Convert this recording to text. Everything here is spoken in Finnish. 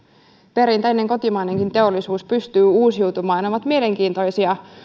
perinteinen kotimainenkin teollisuus pystyy uusiutumaan ne ovat mielenkiintoisia